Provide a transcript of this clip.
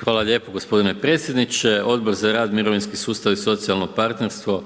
Hvala lijepo gospodine predsjedniče, Odbor za rad, mirovinski sustav i socijalno partnerstvo